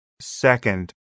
second